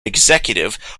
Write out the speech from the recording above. executive